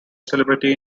celebrity